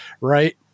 right